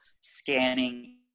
scanning